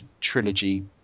trilogy